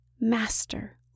Master